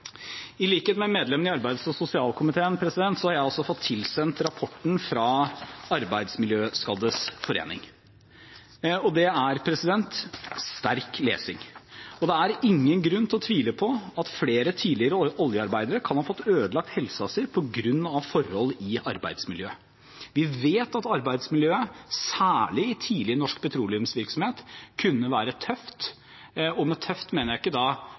I likhet med medlemmene i arbeids- og sosialkomiteen har jeg fått tilsendt rapporten fra Arbeidsmiljøskaddes Landsforening. Det er sterk lesning. Og det er ingen grunn til å tvile på at flere tidligere oljearbeidere kan ha fått ødelagt helsen sin på grunn av forhold i arbeidsmiljøet. Vi vet at arbeidsmiljøet, særlig i tidlig norsk petroleumsvirksomhet, kunne være tøft, og med tøft mener jeg ikke da